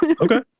Okay